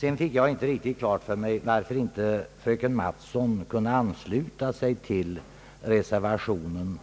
Jag fick inte riktigt klart för mig varför fröken Mattson inte kunde ansluta sig till reservationen.